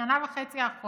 בשנה וחצי האחרונות